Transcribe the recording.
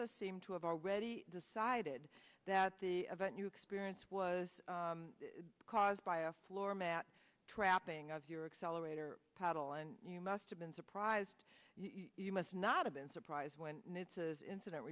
to seem to have already decided that the event you experience was caused by a floor mat trapping of your accelerator pedal and you must have been surprised you must not have been surprised when it's a incident